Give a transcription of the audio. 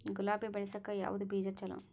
ಗುಲಾಬಿ ಬೆಳಸಕ್ಕ ಯಾವದ ಬೀಜಾ ಚಲೋ?